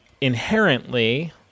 inherently